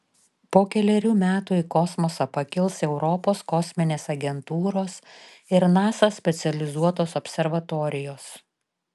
po kelerių metų į kosmosą pakils europos kosminės agentūros ir nasa specializuotos observatorijos